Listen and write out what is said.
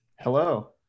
Hello